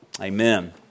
Amen